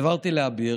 העברתי לאביר,